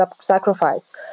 sacrifice